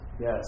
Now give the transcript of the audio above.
Yes